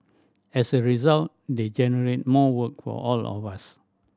as a result they generate more work for all of us